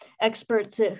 experts